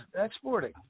exporting